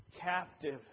captive